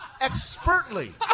expertly